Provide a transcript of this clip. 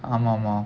ஆமா ஆமா:aamaa aamaa